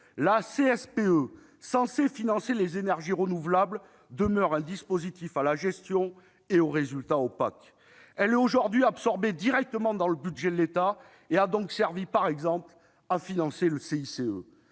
(CSPE), censée financer les énergies renouvelables, demeure un dispositif à la gestion et aux résultats opaques. Elle est aujourd'hui absorbée directement dans le budget de l'État et a donc servi par exemple à financer le